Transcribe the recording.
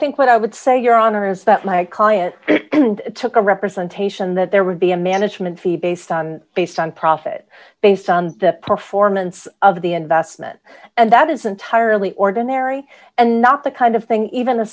think what i would say your honor is that my client didn't took a representation that there would be a management fee based on based on profit based on the performance of the investment and that is entirely ordinary and not the kind of thing even a